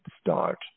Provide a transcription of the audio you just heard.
start